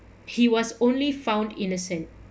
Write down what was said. he was only found innocent